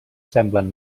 semblen